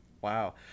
wow